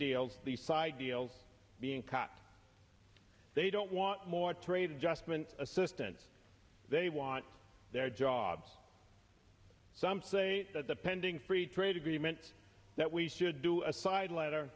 deals these side deals being cut they don't want more trade adjustment assistance they want their jobs some say the pending free trade agreement that we should do aside letter